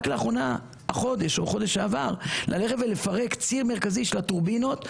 רק לאחרונה החודש או חודש שעבר ללכת לפרק ציר מרכזי של הטורבינות,